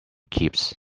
keeps